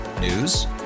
News